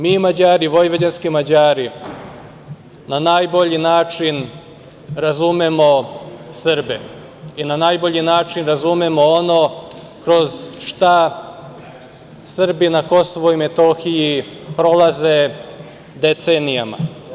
Mi vojvođanski Mađari na najbolji način razumemo Srbe i na najbolji način razumemo ono kroz šta Srbi na Kosovu i Metohiji prolaze decenijama.